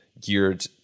geared